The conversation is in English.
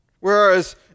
Whereas